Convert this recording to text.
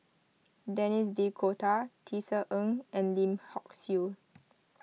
Denis D'Cotta Tisa Ng and Lim Hock Siew